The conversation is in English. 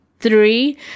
Three